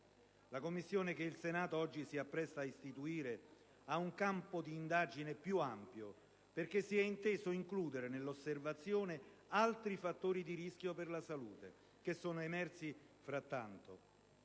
La Commissione che il Senato oggi si appresta a istituire ha un campo d'indagine più ampio, perché si è inteso includere nell'osservazione altri fattori di rischio per la salute che sono emersi nel frattempo.